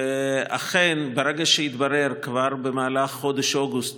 אכן, ברגע שהתברר, כבר במהלך חודש אוגוסט,